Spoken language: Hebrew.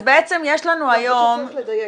אז בעצם יש לנו היום -- אני חושבת שצריך לדייק.